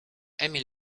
emil